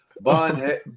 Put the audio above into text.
Bond